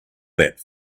that